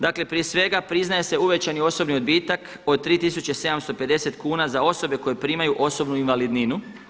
Dakle prije sve priznaje se uvećani osobni odbitak od 3.750 kuna za osobe koje primaju osobnu invalidninu.